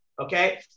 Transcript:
okay